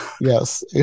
yes